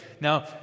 Now